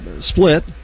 Split